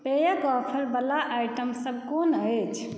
पेयक offer बला item सभ कोन अछि